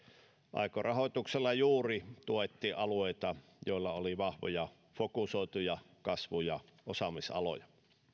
aiko rahoituksella juuri tuettiin alueita joilla oli vahvoja fokusoituja kasvu ja osaamisaloja